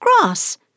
grass